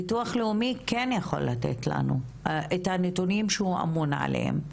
ביטוח לאומי כן הוא יכול לתת לנו את הנתונים שהוא אמון עליהם.